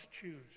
choose